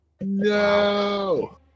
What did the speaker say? No